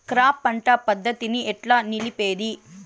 Crop పంట పద్ధతిని ఎట్లా నిలిపేది?